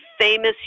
famous